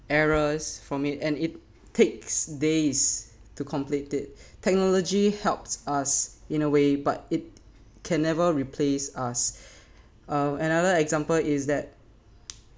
errors from it and it takes days to complete it technology helps us in a way but it can never replace us uh another example is that